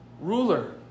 ruler